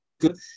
good